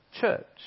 church